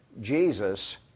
Jesus